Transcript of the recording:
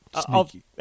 Sneaky